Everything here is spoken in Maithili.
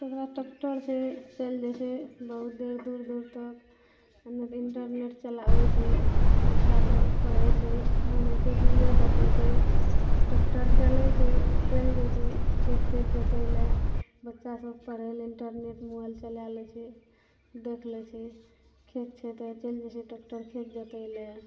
जकरा ट्रेक्टर छै चलि जाइ छै बहुत देर दूर दूर तक नहि तऽ इंटरनेट चलाबय छै बच्चा सब पढ़य छै मोन होइ छै वीडियो देखय छै ट्रेक्टर चलय छै चलि जाइ छै खेत तेत जोतय लए बच्चा सब पढ़य लए इंटरनेट मोबाइल चला लै छै देख लै छै खेत छै तऽ ओ चलि जाइ छै ट्रेक्टर खेत जोतय लए